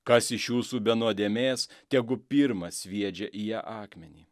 kas iš jūsų be nuodėmės tegu pirmas sviedžia į ją akmenį